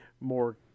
More